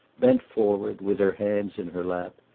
bent forward, with her hands in her lap.